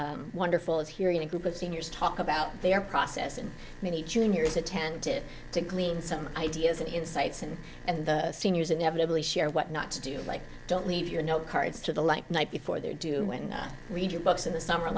equally wonderful as hearing a group of seniors talk about their process and many juniors attentive to glean some ideas and insights and and seniors inevitably share what not to do like don't leave your note cards to the like night before they're due when i read your books in the summer